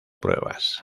pruebas